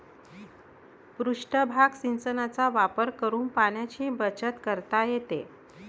पृष्ठभाग सिंचनाचा वापर करून पाण्याची बचत करता येते